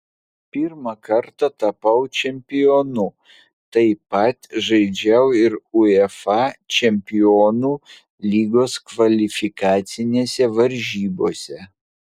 pirmą kartą tapau čempionu taip pat žaidžiau ir uefa čempionų lygos kvalifikacinėse varžybose